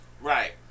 Right